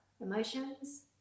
emotions